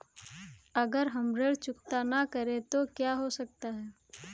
अगर हम ऋण चुकता न करें तो क्या हो सकता है?